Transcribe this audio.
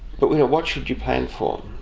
but what should you plan for?